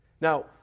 Now